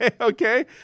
okay